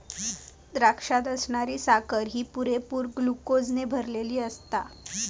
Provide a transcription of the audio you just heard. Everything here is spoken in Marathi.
द्राक्षात असणारी साखर ही पुरेपूर ग्लुकोजने भरलली आसता